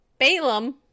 Balaam